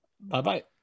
Bye-bye